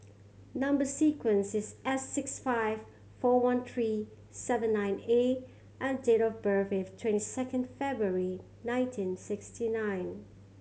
number sequence is S six five four one three seven nine A and date of birth is twenty second February nineteen sixty nine